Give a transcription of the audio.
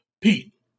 Pete